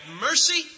mercy